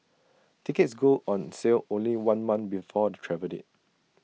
tickets go on sale only one month before the travel date